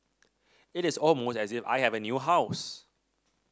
it is almost as if I have a new house